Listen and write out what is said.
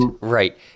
right